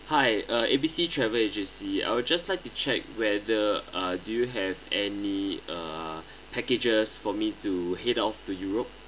hi uh A_B_C travel agency I would just like to check whether uh do you have any uh packages for me to head off to europe